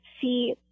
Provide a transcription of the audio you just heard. see